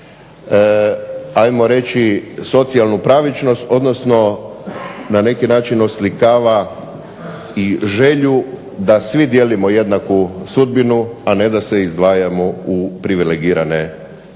ajmo reći socijalnu pravičnost odnosno na neki način oslikava želju da svi dijelimo jednaku sudbinu a ne da se izdvajamo u privilegirane političke